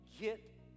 get